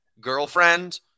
Girlfriend